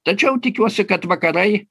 tačiau tikiuosi kad vakarai